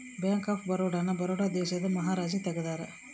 bank of Baroda ನ ಬರೋಡ ದೇಶದ ಮಹಾರಾಜ ತೆಗ್ದಾರ